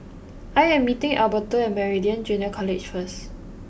I am meeting Alberto at Meridian Junior College first